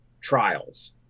trials